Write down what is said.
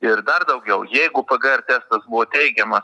ir dar daugiau jeigu pgr testas buvo teigiamas